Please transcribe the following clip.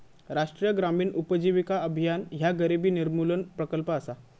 राष्ट्रीय ग्रामीण उपजीविका अभियान ह्या गरिबी निर्मूलन प्रकल्प असा